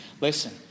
Listen